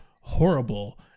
horrible